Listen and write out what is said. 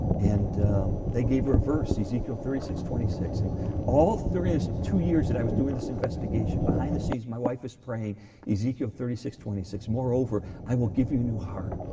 and they gave her a verse, ezekiel thirty six twenty six. and all through this two years that i was doing this investigation, behind the scenes my wife was praying ezekiel thirty six twenty six, moreover, i will give you a new heart,